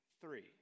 three